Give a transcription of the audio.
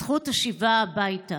זכות השיבה הביתה.